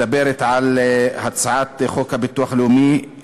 מדברת על הצעת חוק הביטוח הלאומי,